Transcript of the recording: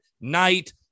night